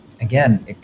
again